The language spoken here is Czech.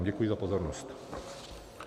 Děkuji za pozornost.